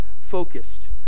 focused